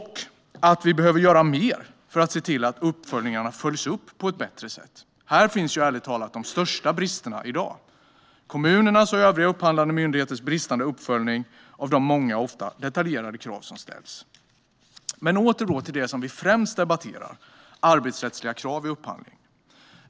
Vi behöver dock göra mer för att se till att uppföljningarna blir bättre. Här finns ärligt talat de största bristerna i dag. Kommunerna och övriga upphandlande myndigheter brister i uppföljningen av de många och ofta detaljerade krav som ställs. Låt oss återgå till det som vi i dag främst debatterar, nämligen arbetsrättsliga krav vid upphandling.